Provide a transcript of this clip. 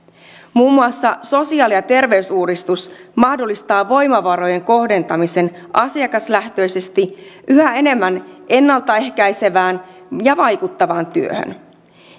muun muassa sosiaali ja terveysuudistus mahdollistaa voimavarojen kohdentamisen asiakaslähtöisesti yhä enemmän ennalta ehkäisevään ja vaikuttavaan työhön